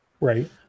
Right